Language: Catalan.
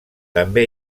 també